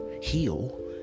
heal